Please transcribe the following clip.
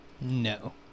No